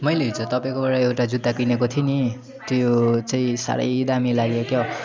मैले हिजो तपाईँकोबाट एउटा जुत्ता किनेको थिएँ नि त्यो चाहिँ साह्रै दामी लाग्यो क्या हो